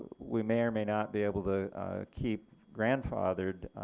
we may or may not be able to keep grandfathered